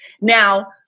Now